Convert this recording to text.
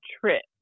trip